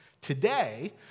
today